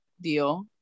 deal